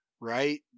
right